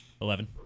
Eleven